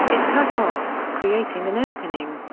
is cut off, creating an opening.